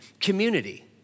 community